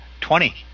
twenty